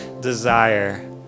desire